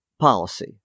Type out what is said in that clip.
policy